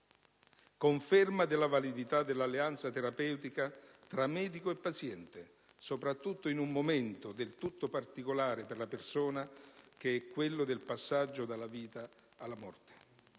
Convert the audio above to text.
conferma della validità dell'alleanza terapeutica tra medico e paziente, soprattutto in un momento del tutto particolare per la persona, che è quello del passaggio dalla vita alla morte;